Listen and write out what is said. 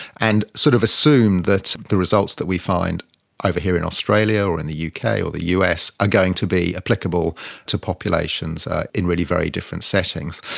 and sort of assumed that the results that we find over here in australia or in the yeah uk or the us are going to be applicable to populations in really very different settings.